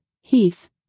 Heath